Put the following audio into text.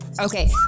Okay